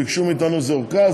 הם ביקשו מאתנו איזו ארכה.